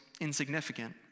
insignificant